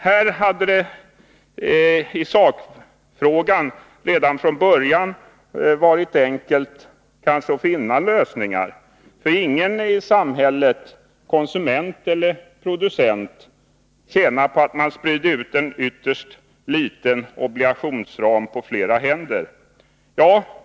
Här hade det i sakfrågan redan från början varit enkelt att finna lösningar, för ingen i samhället — konsument eller producent — tjänar på att man sprider ut en ytterst liten obligationsram på flera händer.